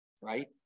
right